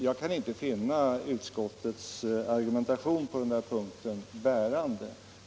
Jag kan inte finna utskottets argumentation på den punkten bärande.